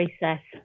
process